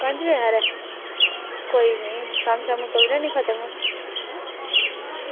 पंज बजे हारे कोई निं कम्म शम्म करी ओड़ेआ नी खतम